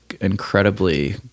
incredibly